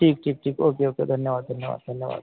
ठीक आहे ठीक ठीक ओके ओके धन्यवाद धन्यवाद धन्यवाद